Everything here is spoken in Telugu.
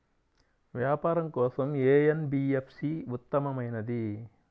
వ్యాపారం కోసం ఏ ఎన్.బీ.ఎఫ్.సి ఉత్తమమైనది?